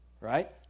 right